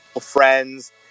friends